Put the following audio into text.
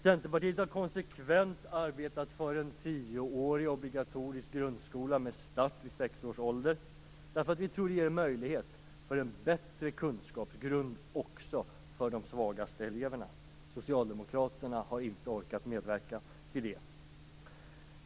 Centerpartiet har konsekvent arbetat för en tioårig obligatorisk grundskola med start vid sex års ålder. Vi tror nämligen att det ger möjlighet till en bättre kunskapsgrund också för de svagaste eleverna. Socialdemokraterna har inte orkat medverka till det.